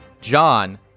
John